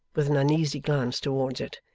with an uneasy glance towards it.